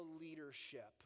leadership